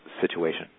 situation